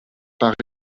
paris